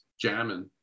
jamming